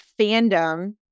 fandom